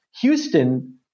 Houston